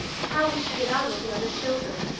how would she get on with the other children?